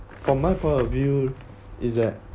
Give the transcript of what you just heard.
from my point of view is that